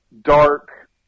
dark